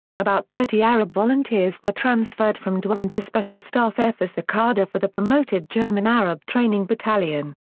about thirty arab volunteers were transferred from dueren to special staff f as the cadre for the promoted german-arab training battalion.